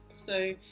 so,